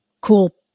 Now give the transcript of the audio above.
cool